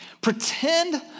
Pretend